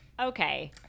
Okay